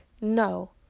no